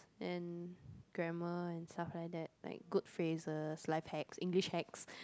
and grammar and stuff like that like good phrases life hacks English hacks